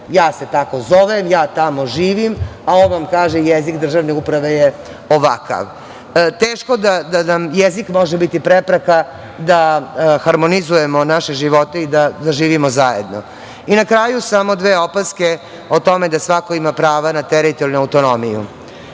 ja se tako zovem, ja tamo živim, a ovom kaže jezik državne uprave je ovakav. Teško da nam jezik može biti prepreka da harmonizujemo naše živote i da zaživimo zajedno. Na kraju samo dve opaske o tome da svako ima pravo na teritorijalnu autonomiju.